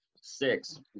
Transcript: Six